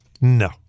No